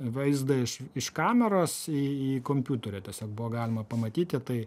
vaizdą iš iš kameros į į kompiuterio tiesiog buvo galima pamatyti tai